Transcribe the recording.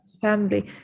family